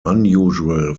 unusual